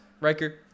Riker